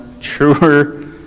truer